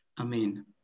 Amen